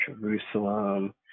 Jerusalem